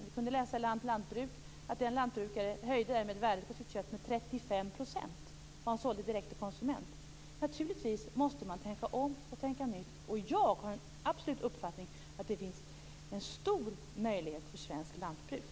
Vi kunde läsa i Land Lantbruk att en lantbrukare som sålde direkt till konsument därmed höjde värdet på sitt kött med Naturligtvis måste man tänka om och tänka nytt. Det är min bestämda uppfattning att det finns stora möjligheter för svenskt lantbruk.